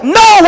no